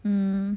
mm